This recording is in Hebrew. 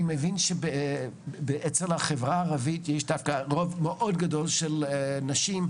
אני מבין שאצל החברה הערבית יש דווקא רוב מאוד גדול של נשים.